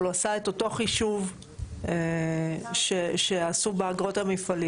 אבל הוא עשה את אותו חישוב שעשו באגרות המפעליות.